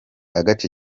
agace